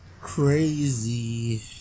Crazy